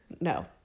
No